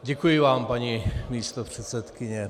Děkuji vám, paní místopředsedkyně.